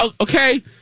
okay